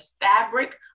fabric